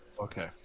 Okay